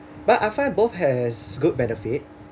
but I find both has good benefit